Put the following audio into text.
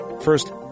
First